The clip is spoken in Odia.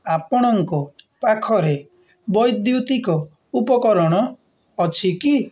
ଆପଣଙ୍କ ପାଖରେ ବୈଦ୍ୟୁତିକ ଉପକରଣ ଅଛି କି